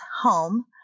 home